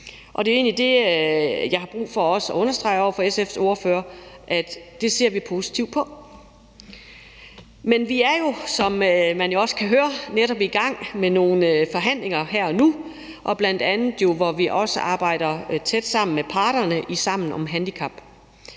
egentlig det, jeg har brug for at understrege over for SF's ordfører, nemlig at det ser vi positivt på. Men vi er jo, som man også kan høre, netop i gang med nogle forhandlinger her og nu, og vi arbejder bl.a. tæt sammen med parterne i »Sammen om Handicap«.